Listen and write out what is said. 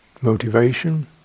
motivation